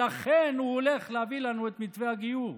ולכן הוא הולך להביא לנו את מתווה הגיור.